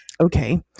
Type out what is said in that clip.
okay